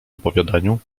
opowiadaniu